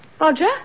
Roger